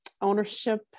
ownership